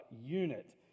unit